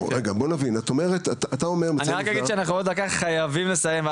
אני רק חייב להגיד שאנחנו עוד דקה צריכים לסיים פה